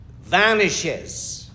vanishes